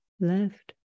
left